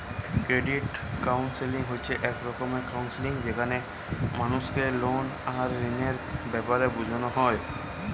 credit counselling হচ্ছে এক রকমের কাউন্সেলিং যেখানে মানুষকে লোন আর ঋণের বেপারে বুঝানা হয়